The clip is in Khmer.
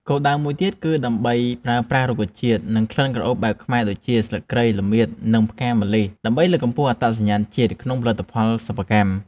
គោលដៅមួយទៀតគឺដើម្បីប្រើប្រាស់រុក្ខជាតិ និងក្លិនក្រអូបបែបខ្មែរដូចជា ស្លឹកគ្រៃ ល្មៀត និងផ្កាម្លិះ ដើម្បីលើកកម្ពស់អត្តសញ្ញាណជាតិក្នុងផលិតផលសិប្បកម្ម។